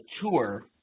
tour